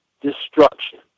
destruction